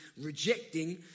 rejecting